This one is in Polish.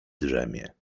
drzemie